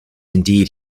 indeed